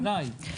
בוודאי.